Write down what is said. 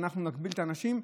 ואנחנו נגביל את האנשים.